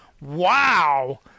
Wow